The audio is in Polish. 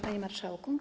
Panie Marszałku!